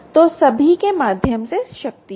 तो सभी के माध्यम से शक्ति है